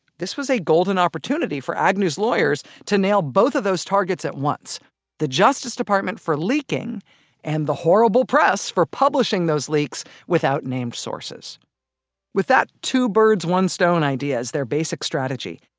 this was a golden opportunity for agnew's lawyers to nail both of those targets at once the justice department for leaking and the horrible press for publishing those leaks without named sources with that two-birds-one-stone idea as their basic strategy,